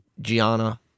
Gianna